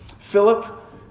Philip